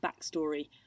backstory